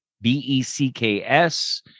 B-E-C-K-S